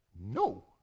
No